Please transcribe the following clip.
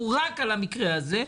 הוא חל רק על המקרה הזה,